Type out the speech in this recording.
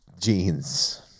jeans